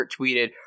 tweeted